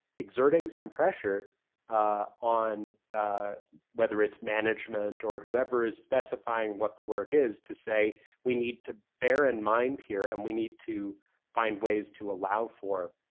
exerting some pressure on whether it's management or whoever is specifying what the work is to say we need to bear in mind here and we need to find ways to allow for